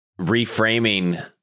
reframing